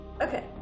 Okay